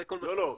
זה כל מה שקורה.